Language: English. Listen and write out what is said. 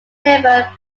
lever